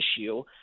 issue